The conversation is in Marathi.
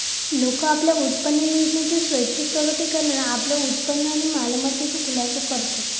लोका आपल्या उत्पन्नयोजनेच्या स्वैच्छिक प्रकटीकरणात आपल्या उत्पन्न आणि मालमत्तेचो खुलासो करतत